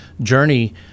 journey